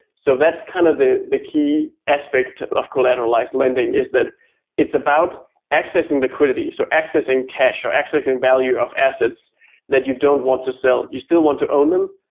so that's kind of the the key aspect of collateralized lending is that it's about accessing liquidity, so accessing cash, or accessing value of assets that you don't want to sell. you still want to own them,